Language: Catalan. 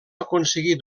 aconseguí